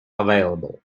available